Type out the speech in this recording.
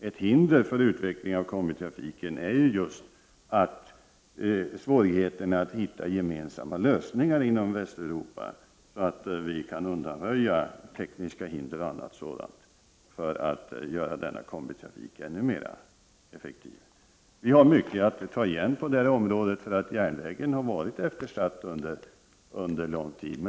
Ett hinder när man skall göra kombitrafiken ännu mer effektiv är ju svårigheterna att hitta gemensamma lösningar inom Västeuropa för att undanröja bl.a. tekniska hinder. Vi har mycket att ta igen på det området, eftersom järnvägen har varit eftersatt under lång tid.